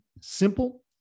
simple